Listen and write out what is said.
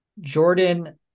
jordan